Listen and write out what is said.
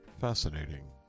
fascinating